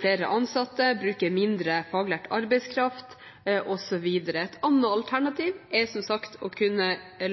flere ansatte, bruke mindre faglært arbeidskraft osv. Et annet alternativ er, som sagt, å